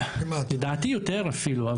לדעתי יותר אפילו.